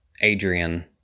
Adrian